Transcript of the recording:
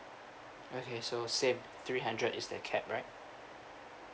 okay so same three hundred is the cap right